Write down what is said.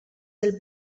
del